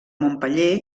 montpeller